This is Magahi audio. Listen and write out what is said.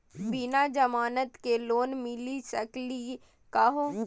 बिना जमानत के लोन मिली सकली का हो?